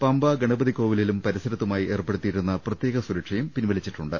പമ്പ ഗണപതി കോവിലിലും പരിസരത്തുമായി ഏർപ്പെടു ത്തിയിരുന്ന പ്രത്യേക സുരക്ഷയും പിൻവലിച്ചിട്ടുണ്ട്